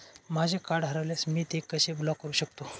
माझे कार्ड हरवल्यास मी ते कसे ब्लॉक करु शकतो?